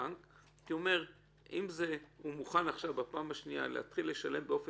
אתה בעצמך עשית פה הרבה רפורמות במהלך כהונתך